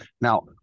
Now